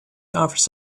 offers